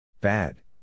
Bad